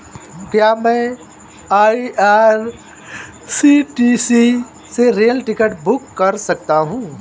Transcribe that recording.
क्या मैं आई.आर.सी.टी.सी से रेल टिकट बुक कर सकता हूँ?